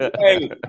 Hey